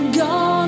gone